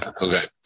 okay